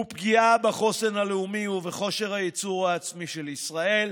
ופגיעה בחוסן הלאומי ובכושר הייצור העצמי של ישראל,